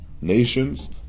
nations